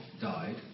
died